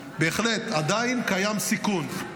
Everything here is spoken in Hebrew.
בהחלט, עדיין קיים סיכון.